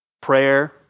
Prayer